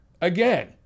again